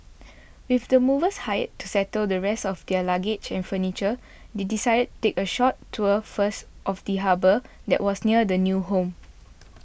with the movers hired to settle the rest of their luggage and furniture they decided take a short tour first of the harbour that was near their new home